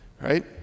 right